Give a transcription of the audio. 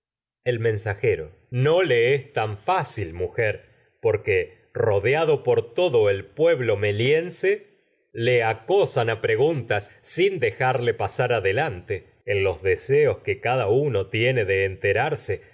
el mensajero no le es tan fácil mujer le porque a rodeado por todo el pueblo meliense acosan pre wc las traquinias y guntas cada sin dejarle pasar adelante no en los deseos que no j sga uno tiene de enterarse